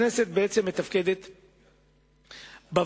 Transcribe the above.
הכנסת בעצם מתפקדת בוועדות,